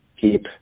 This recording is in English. keep